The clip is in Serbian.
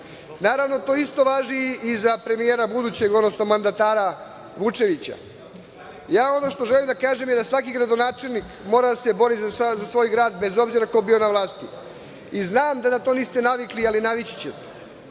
Naravno, to isto važi i za premijera budućeg, odnosno mandatara Vučevića. Ono što želim da kažem je da svaki gradonačelnik mora da se bori za svoj grad, bez obzira ko bio na vlasti. Znam da na to niste navikli, ali navići ćete